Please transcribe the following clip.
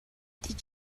did